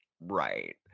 right